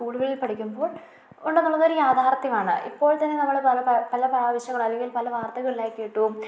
സ്കൂളുകളിൽ പഠിക്കുമ്പോൾ ഉണ്ടെന്നുള്ളതൊരു യാഥാർഥ്യമാണ് ഇപ്പോൾ തന്നെ നമ്മൾ പല പല പ്രാവശ്യങ്ങൾ അല്ലെങ്കിൽ പല വാർത്തകളിലായി കേട്ടു